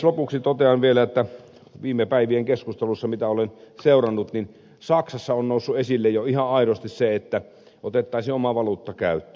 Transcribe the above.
lopuksi totean vielä että viime päivien keskusteluissa mitä olen seurannut saksassa on noussut esille jo ihan aidosti se että otettaisiin oma valuutta käyttöön